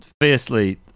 fiercely